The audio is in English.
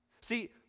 See